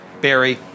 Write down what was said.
Barry